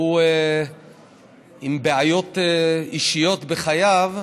שהוא עם בעיות אישיות בחייו,